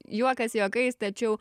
juokas juokais tačiau